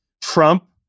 Trump